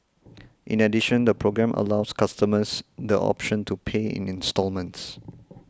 in addition the programme allows customers the option to pay in instalments